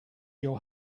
your